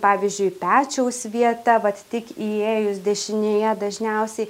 pavyzdžiui pečiaus vieta vat tik įėjus dešinėje dažniausiai